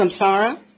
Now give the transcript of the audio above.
samsara